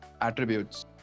attributes